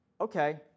okay